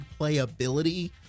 playability